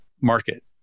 market